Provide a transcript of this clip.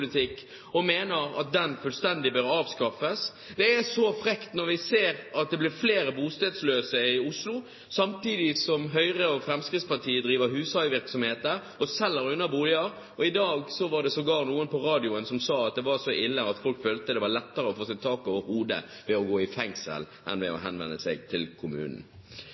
og mener at den fullstendig bør avskaffes. Det er frekt når vi ser at det blir flere bostedsløse i Oslo, samtidig som Høyre og Fremskrittspartiet driver hushaivirksomhet der, og selger unna boliger. I dag var det sågar noen på radioen som sa at det var så ille at folk følte at det var lettere å få seg tak over hodet ved å gå i fengsel enn ved å henvende seg til kommunen.